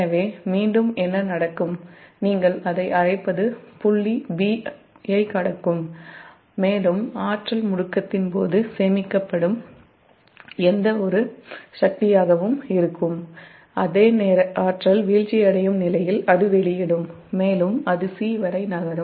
எனவே மீண்டும் என்ன நடக்கும் நீங்கள் அழைப்பது புள்ளி b ஐக் கடக்கும் மேலும் ஆற்றல் முடுக்கத்தின் போது சேமிக்கப்படும் எந்த சக்தியாகவும் இருக்கும் அதே ஆற்றல் வீழ்ச்சியடையும் நிலையில் அது வெளியிடும் மேலும் அது c வரை நகரும்